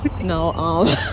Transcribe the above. No